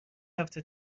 هفته